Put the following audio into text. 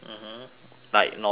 like north korea